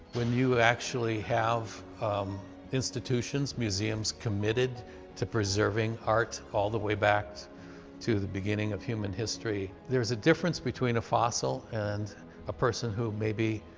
when you actually have institutions, museums, committed to preserving art all the way back to the beginning of human history, there's a difference between a fossil and a person who maybe